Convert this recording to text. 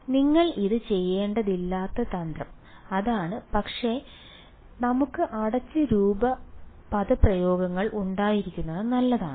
അതിനാൽ നിങ്ങൾ ഇത് ചെയ്യേണ്ടതില്ലാത്ത തന്ത്രം അതാണ് പക്ഷേ നമുക്ക് അടച്ച രൂപ പദപ്രയോഗങ്ങൾ ഉണ്ടായിരിക്കുന്നത് നല്ലതാണ്